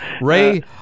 ray